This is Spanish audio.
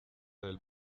del